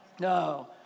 No